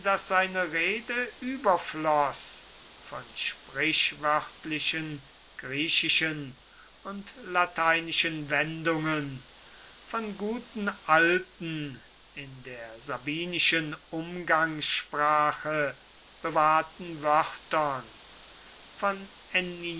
seine rede überfloß von sprichwörtlichen griechischen und lateinischen wendungen von guten alten in der sabinischen umgangssprache bewahrten wörtern von